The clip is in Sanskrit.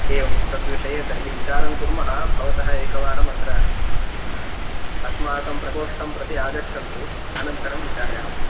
एवं तद्विषये तर्हि विचारं कुर्मः भवतः एकवारम् अत्र अस्माकं प्रकोष्टं प्रति आगच्छन्तु अनन्तरं विचारयामः